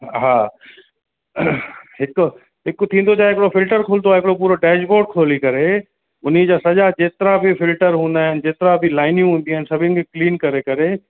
हा हिकु हिकु थींदो छा आहे हिकिड़ो फिल्टर खुलंदो आहे हिकिड़ो पूरो डैशबोर्ड खोली करे उन जा सॼा जेतिरा बि फिल्टर हूंदा आहिनि जेतिरा बि लाइनूं हूंदियूं आहिनि सभिनि खे क्लीन करे करे